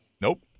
Nope